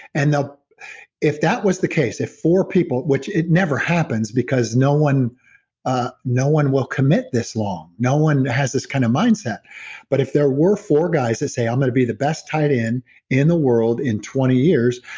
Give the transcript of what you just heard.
and if that was the case, if four people which it never happens, because no one ah no one will commit this long, no one has this kind of mindset but if there were four guys that say, i'm going to be the best tight in in the world in twenty years,